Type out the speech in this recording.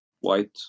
white